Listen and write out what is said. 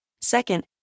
Second